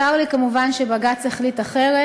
צר לי כמובן שבג"ץ החליט אחרת,